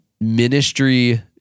ministry